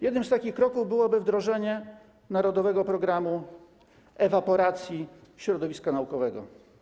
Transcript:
Jednym z takich kroków byłoby wdrożenie narodowego programu ewaporacji środowiska naukowego.